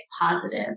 positive